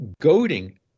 goading